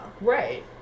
Right